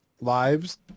lives